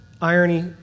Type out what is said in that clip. irony